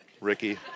Ricky